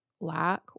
lack